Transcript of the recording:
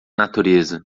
natureza